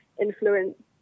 influence